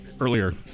earlier